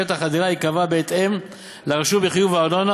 שטח הדירה ייקבע בהתאם לרשום בחיוב הארנונה,